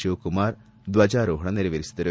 ಶಿವಕುಮಾರ್ ಧ್ವಜಾರೋಹಣ ನೆರವೇರಿಸಿದರು